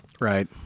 Right